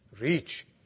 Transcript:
reach